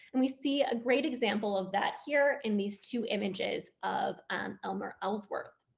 and we see a great example of that here in these two images of elmer ellsworth.